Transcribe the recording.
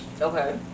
okay